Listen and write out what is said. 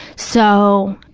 so,